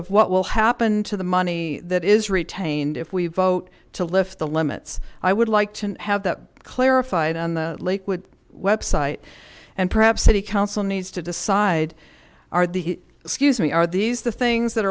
of what will happen to the money that is retained if we vote to lift the limits i would like to have that clarified on the lakewood website and perhaps city council needs to decide are the excuse me are these the things that